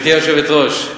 גברתי היושבת-ראש,